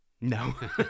No